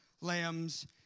lambs